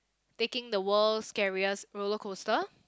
taking the world's scariest rollercoaster